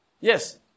Yes